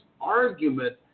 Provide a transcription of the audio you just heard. argument